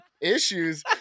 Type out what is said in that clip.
issues